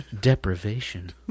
deprivation